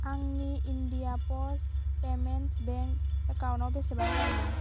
आंनि India post payments bank एकाउन्टाव बेसेबां रां दं